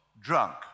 drunk